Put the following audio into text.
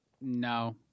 No